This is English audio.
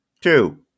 two